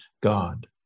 God